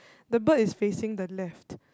the bird is facing the left